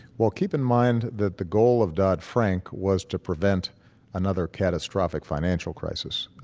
well, keep in mind that the goal of dodd-frank was to prevent another catastrophic financial crisis.